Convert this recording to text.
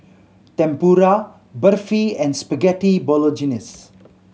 Tempura Barfi and Spaghetti Bolognese